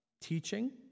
teaching